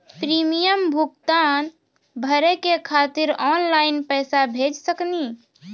Premium भुगतान भरे के खातिर ऑनलाइन पैसा भेज सकनी?